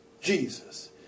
Jesus